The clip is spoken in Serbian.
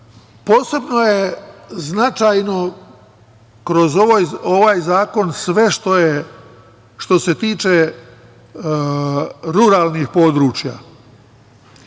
tada. Posebno je značajno kroz ovaj zakon sve što se tiče ruralnih područja.